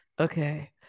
Okay